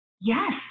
Yes